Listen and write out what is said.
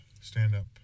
stand-up